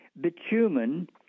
bitumen